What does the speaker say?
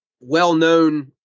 well-known